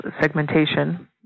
segmentation